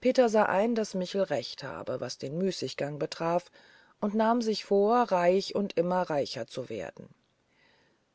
peter sah ein daß michel recht habe was den müßiggang beträfe und nahm sich vor reich und immer reicher zu werden